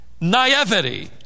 naivety